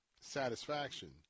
satisfaction